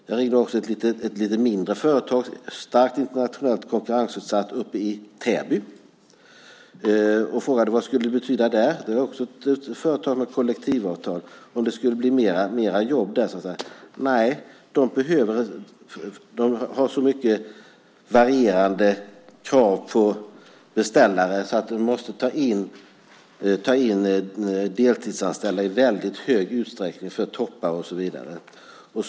Jag ringde också ett mindre företag i Täby, starkt utsatt för internationell konkurrens, och frågade vad det skulle betyda för dem. Det var alltså ett företag med kollektivavtal, och frågan var om det skulle innebära mer jobb för dem. Nej, sade de, de har så varierande krav från beställare att de i stor utsträckning, vid toppar och liknande, måste ta in deltidsanställda.